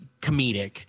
comedic